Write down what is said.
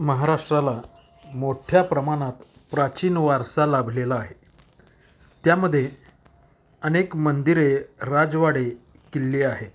महाराष्ट्राला मोठ्या प्रमाणात प्राचीन वारसा लाभलेला आहे त्यामध्ये अनेक मंदिरे राजवाडे किल्ले आहेत